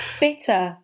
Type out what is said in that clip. Bitter